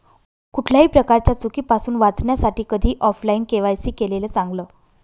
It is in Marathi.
कुठल्याही प्रकारच्या चुकीपासुन वाचण्यासाठी कधीही ऑफलाइन के.वाय.सी केलेलं चांगल